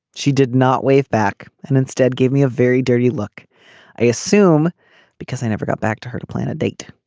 she did not wave back and instead gave me a very dirty look i assume because i never got back to her to plan a date.